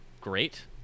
great